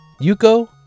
Yuko